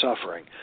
suffering